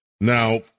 Now